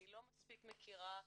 אני לא מספיק מכירה מקרוב,